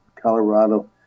Colorado